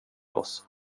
oss